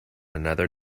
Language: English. another